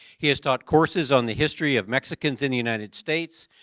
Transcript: he has taught courses on the history of mexicans in the united states,